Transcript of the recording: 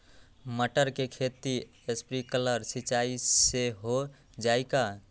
मटर के खेती स्प्रिंकलर सिंचाई से हो जाई का?